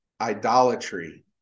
idolatry